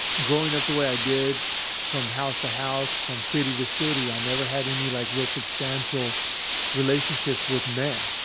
growing up the way i did from house to house from city to city, i never had any like real substantial relationships with men,